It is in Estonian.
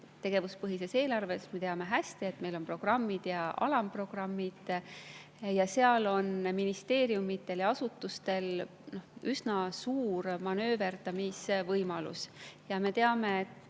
Tegevuspõhises eelarves, me teame hästi, on programmid ja alamprogrammid ning seal on ministeeriumidel ja asutustel üsna suur manööverdamisvõimalus. Me teame, et